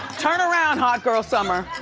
turn around, hot girl summer.